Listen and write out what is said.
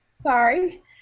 Sorry